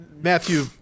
Matthew